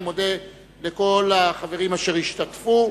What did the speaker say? אני מודה לכל החברים אשר השתתפו.